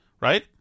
right